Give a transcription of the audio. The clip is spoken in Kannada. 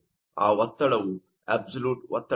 ಆ ಒತ್ತಡವು ಅಬ್ಸಲ್ಯೂಟ್ ಒತ್ತಡವಾಗಿದೆ